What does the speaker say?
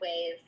ways